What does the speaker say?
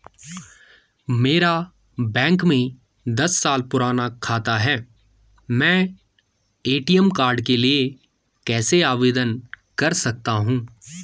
मेरा बैंक में दस साल पुराना खाता है मैं ए.टी.एम कार्ड के लिए कैसे आवेदन कर सकता हूँ?